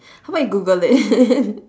how about you google it